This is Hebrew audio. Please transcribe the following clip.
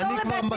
אני כבר מכיר.